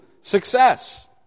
success